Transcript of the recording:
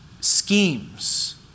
schemes